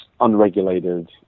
unregulated